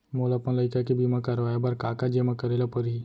मोला अपन लइका के बीमा करवाए बर का का जेमा करे ल परही?